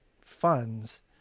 funds